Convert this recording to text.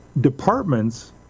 departments